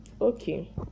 Okay